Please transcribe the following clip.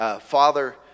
father